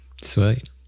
Sweet